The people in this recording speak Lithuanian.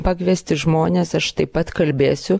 pakviesti žmonės aš taip pat kalbėsiu